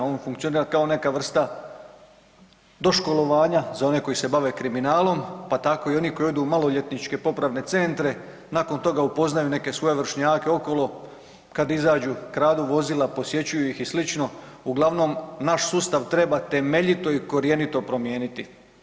On funkcionira kao neka vrsta doškolovanja za one koji se bave kriminalom pa tako i oni koji odu u maloljetničke popravne centre nakon toga upoznaju neke svoje vršnjake okolo, kad izađu kradu vozila, posjećuju ih i sl., uglavnom naš sustav treba temeljito i korjenito promijeniti.